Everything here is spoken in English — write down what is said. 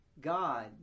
God